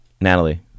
Natalie